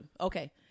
okay